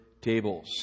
tables